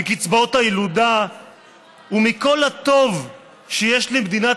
מקצבאות הילודה ומכל הטוב שיש למדינת